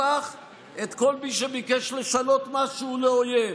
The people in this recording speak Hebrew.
הפך את כל מי שביקש לשנות משהו לאויב.